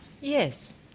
Yes